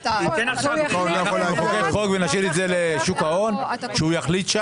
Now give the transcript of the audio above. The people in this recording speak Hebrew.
נחוקק חוק ונשאיר את זה למפקח על שוק ההון שהוא יחליט?